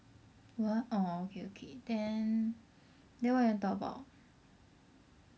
what orh okay okay then then what you want talk about